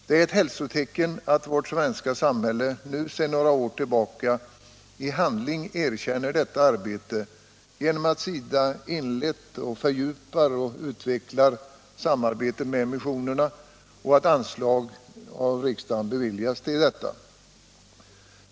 Det är ett hälsotecken att vårt svenska samhälle sedan några år tillbaka i handling erkänner detta arbete genom att bevilja anslag så att SIDA har kunnat inleda ett samarbete med missionerna som nu fördjupas och utvecklas.